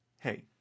hey